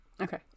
Okay